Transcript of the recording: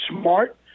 smart